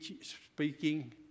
speaking